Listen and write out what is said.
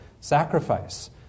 sacrifice